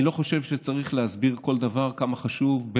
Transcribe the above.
אני לא חושב שצריך להסביר כמה חשוב כל